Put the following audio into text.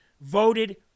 voted